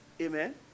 Amen